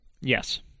yes